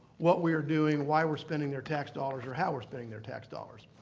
what we are doing, why we're spending their tax dollars or how we're spending their tax dollars.